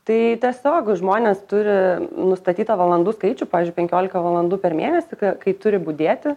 tai tiesiog žmonės turi nustatytą valandų skaičių pavyzdžiui penkiolika valandų per mėnesį kai turi budėti